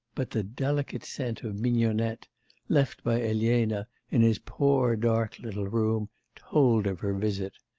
but the delicate scent of mignonette left by elena in his poor dark little room told of her visit.